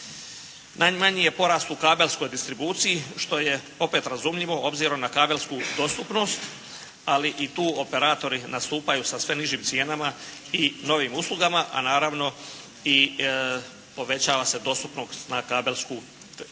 Najmanji je porast u kabelskoj distribuciji što je opet razumljivo obzirom na kabelsku dostupnost, ali i tu operatori nastupaju sa sve nižim cijenama i novim uslugama, a naravno i povećava se dostupnost na kabelsku, kabelski